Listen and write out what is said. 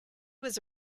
was